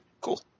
Cool